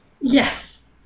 Yes